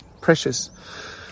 precious